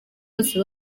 bose